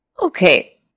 Okay